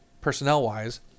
personnel-wise